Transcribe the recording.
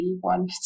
one